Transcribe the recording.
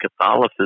Catholicism